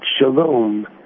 Shalom